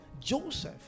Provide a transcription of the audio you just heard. Joseph